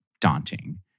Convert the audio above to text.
daunting